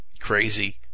crazy